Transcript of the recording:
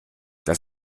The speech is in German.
das